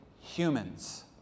humans